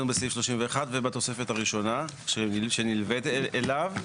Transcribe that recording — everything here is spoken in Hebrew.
בסעיף 31 ובתוספת הראשונה שנלווית אליו.